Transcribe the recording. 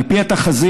על פי התחזית,